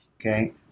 Okay